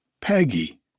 Peggy